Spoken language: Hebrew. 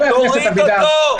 תוריד אותו.